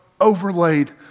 overlaid